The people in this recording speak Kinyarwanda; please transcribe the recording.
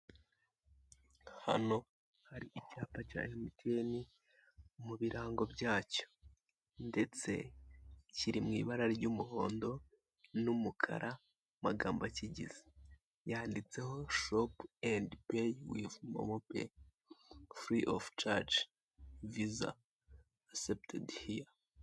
Akazu k'ubucuruzi kari ku muhanda gafite ibara ry'umuhondo, kariho amagambo yandikishijwe ibara ry'umukara, kariho umuntu wambaye umupira w'amaboko maremare ufite ibara ry'ivu ndetse n'abandi bambaye amakote afite ibara ry'ivu, n'igikapu cy'umukara n'inkweto, n'ipantaro y'umukara.